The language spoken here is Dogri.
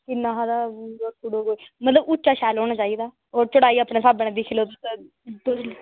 किन्ना हारा मतलभ उच्चा शैल होना चाहिदा होर चौड़ाई अपने स्हाबै कन्नै दिक्खी लैगे